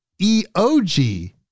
EOG